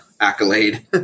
accolade